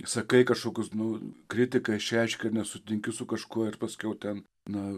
sakai kažkokius nu kritiką išreiški nesutinki su kažkuo ir paskiau ten na